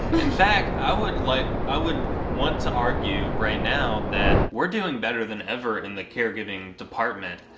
in fact, i would like i would want to argue right now, that we are doing better than ever in the caregiving department.